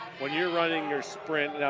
when you're running your sprint,